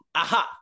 aha